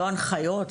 לא הנחיות,